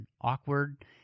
awkward